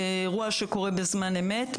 אירוע שקורה בזמן אמת,